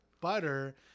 butter